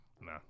Nah